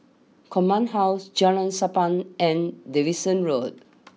Command house Jalan Sappan and Davidson Road